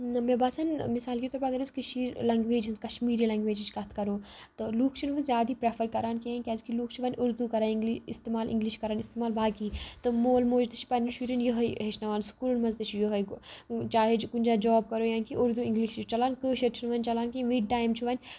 نہ مےٚ باسَن مِثال کے طور پر اَگر أسۍ کٔشیٖرِ لنگویج ۂنٛز کشمیٖری لَنگویجٕچ کَتھ کَرو تہٕ لُکھ چھِنہٕ وٕ زیادٕ یہِ پرٛٮ۪فَر کران کِہیٖنۍ کیٛازِ کہِ لُکھ چھِ اُردو کران اِنگلہِ استعمال اِنٛگلِش کران استعمال باقی تہٕ مول موج تہِ چھُ پَنٛنٮ۪ن شُرٮ۪ن یِہوٚے ہٮ۪چھناوان سُکوٗلَن منٛز تہِ چھِ یِہوٚے چاہے کُنہِ جایہِ جاب کَرَو یا کیٚنہہ اُردو اِنگلِش یہِ چھُ چلان کٲشُر چھِنہٕ وۄنۍ چلان کِیٚنہہ وِد ٹایِم چھُ وۄنۍ